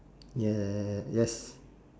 ya yes